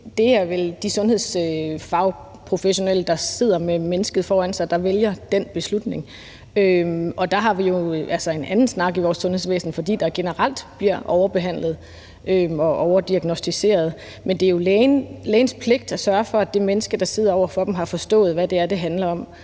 de sundhedsfagprofessionelle, der sidder med mennesket foran sig, som vælger at tage den beslutning, og der har vi jo en anden snak i vores sundhedsvæsen, fordi der generelt bliver overbehandlet og overdiagnosticeret. Men det er jo lægens pligt at sørge for, at det menneske, der sidder over for lægen, har forstået, hvad det er, det handler om,